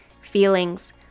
feelings